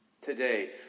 Today